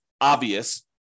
obvious